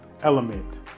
element